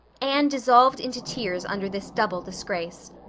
anne dissolved into tears under this double disgrace.